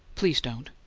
please don't.